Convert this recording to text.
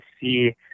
see